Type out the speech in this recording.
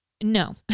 No